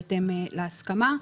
בהתאם להסכמה.